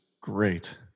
great